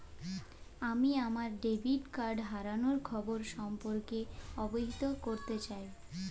আমি আমার debit card হারানোর খবর সম্পর্কে অবহিত করতে চাই